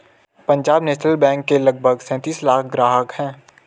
Punjab National Bank के लगभग सैंतीस लाख ग्राहक हैं